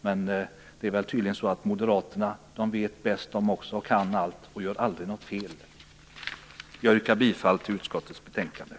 Men tydligen vet även Moderaterna bäst och kan allt och gör aldrig något fel. Jag yrkar bifall till utskottet hemställan i betänkandet.